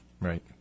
Right